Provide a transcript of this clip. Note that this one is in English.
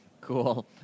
Cool